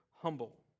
humble